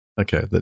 Okay